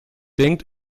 denkt